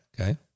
Okay